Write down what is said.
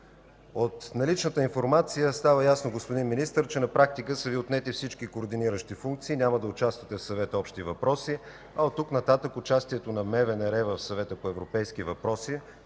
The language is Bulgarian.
От наличната информация става ясно, господин Министър, че на практика са Ви отнети всички координиращи функции, няма да участвате в Съвета „Общи въпроси”, а от тук нататък участието на Министерството на външните работи